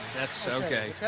that's okay.